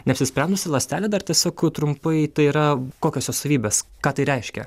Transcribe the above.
neapsisprendusi ląstelė dar tiesiog trumpai tai yra kokios jos savybės ką tai reiškia